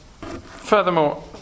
furthermore